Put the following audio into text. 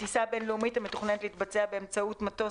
(2) בטיסה בין-לאומית המתוכננת להתבצע באמצעות מטוס